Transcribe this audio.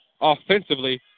offensively